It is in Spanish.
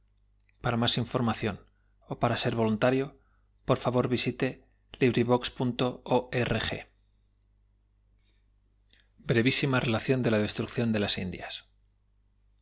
la p r e s e n t e breve relación de la destrucción de las indias